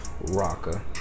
Rocker